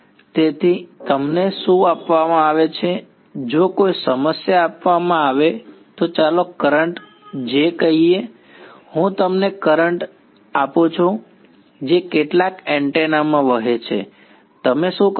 તેથી તમને શું આપવામાં આવે છે જો કોઈ સમસ્યા આપવામાં આવે તો ચાલો કરંટ J કહીએ હું તમને કરંટ આપું છું જે કેટલાક એન્ટેના માં વહે છે તમે શું કરી શકો